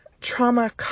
Trauma